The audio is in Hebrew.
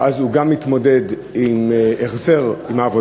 ואז הוא גם מתמודד עם העבודה,